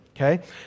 okay